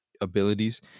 abilities